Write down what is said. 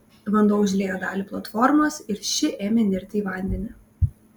vanduo užliejo dalį platformos ir ši ėmė nirti į vandenį